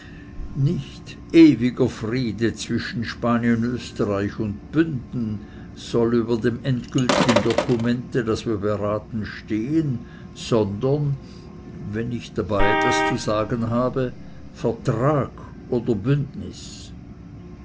nicht ewiger friede zwischen spanien österreich und bünden soll über dem endgültigen dokumente das wir beraten stehen sondern wenn ich etwas dabei zu sagen habe vertrag oder bündnis